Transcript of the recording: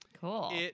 Cool